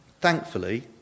Thankfully